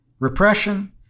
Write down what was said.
repression